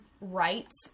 rights